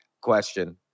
question